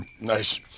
Nice